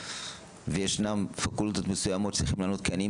ויש פקולטות מסוימות שצריכים לעמוד כעניים